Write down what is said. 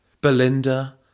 Belinda